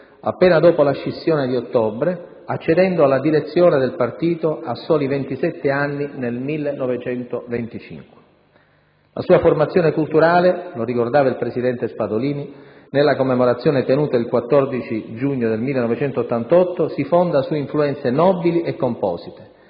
appena dopo la scissione di ottobre, accedendo alla direzione del partito, a soli 27 anni, nel 1925. La sua formazione culturale - lo ricordava il presidente Spadolini nella commemorazione tenuta in Senato il 14 giugno del 1988 - si fonda su influenze nobili e composite: